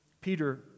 Peter